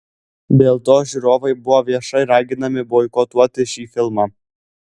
dėl to žiūrovai buvo viešai raginami boikotuoti šį filmą